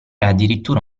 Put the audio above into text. addirittura